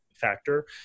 factor